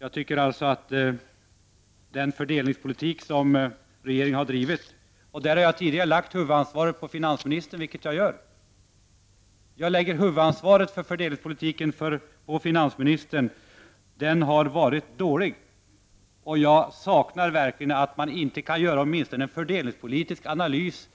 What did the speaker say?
Jag har tidigare lagt huvudansvaret för den fördelningspolitik som socialdemokratin drivit på finansministern, och det gör jag fortfarande. Fördelningspolitiken har varit dålig, och jag saknar att man åtminstone inte kan göra en fördelningspolitisk analys